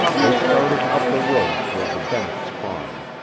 they started up the road toward the bennetts' farm,